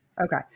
Okay